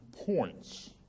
points